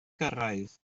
cyrraedd